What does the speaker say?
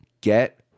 Get